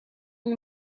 ont